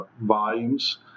volumes